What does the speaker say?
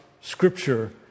Scripture